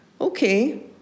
okay